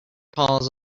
paws